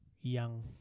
young